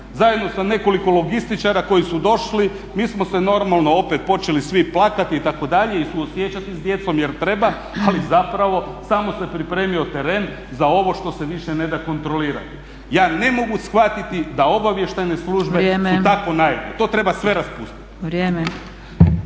zajedno sa nekoliko logističara koji su došli. Mi smo se normalno opet počeli svi plakati itd. i suosjećati s djecom jer treba ali zapravo samo se pripremio teren za ovo što se više ne da kontrolirati. Ja ne mogu shvatiti da obavještajna službe su tako naivne. To treba sve raspustiti.